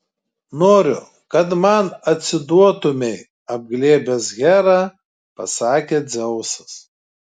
noriu kad man atsiduotumei apglėbęs herą pasakė dzeusas